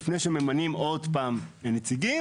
לפני שממנים עוד פעם נציגים,